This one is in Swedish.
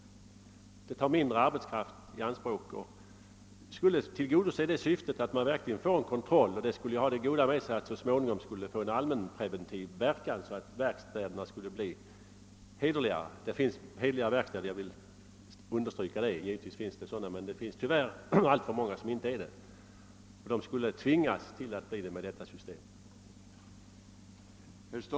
Den skulle ta mindre arbetskraft i anspråk än fullständiga konditionsbesiktningar och den skulle ha det goda med sig att man fick möjlighet till en allmänpreventiv kontroll, som kunde medverka till att göra verkstäderna hederligare. Det finns — det vill jag starkt understryka — hederliga verkstäder, men det finns tyvärr också sådana som inte är det. Med det föreslagna systemet skulle verkstäderna i gemen tvingas att bli hederliga.